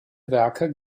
werke